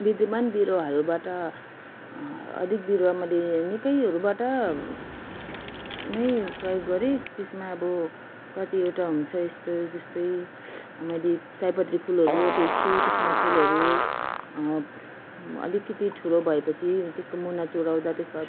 विद्यमान बिरुवाहरूबाट अधिक बिरुवा मैले निकैहरूबाट नै प्रयोग गरेँ त्यसमा अब कतिवटा हुन्छ यस्तो जस्तै मैले सयपत्री फुलहरू रोपेकी छु त्यसमा फुलहरू अलिकति ठुलो भएपछि त्यसको मुना चुडाउँदा त्यसमा